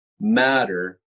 matter